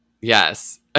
Yes